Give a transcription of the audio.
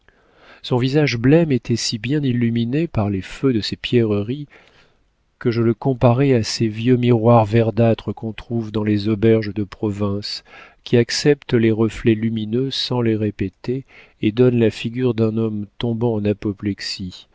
son visage blême était si bien illuminé par les feux de ces pierreries que je le comparais à ces vieux miroirs verdâtres qu'on trouve dans les auberges de province qui acceptent les reflets lumineux sans les répéter et donnent la figure d'un homme tombant en apoplexie